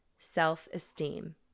Self-esteem